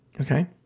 Okay